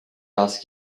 ask